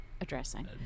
addressing